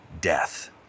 death